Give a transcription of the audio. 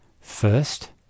First